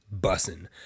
bussin